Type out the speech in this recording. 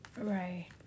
Right